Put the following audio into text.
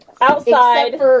outside